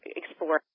explore